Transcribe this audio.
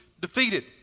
defeated